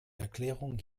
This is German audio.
erklärung